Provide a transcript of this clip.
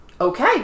Okay